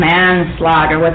Manslaughter